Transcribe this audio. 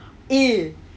eh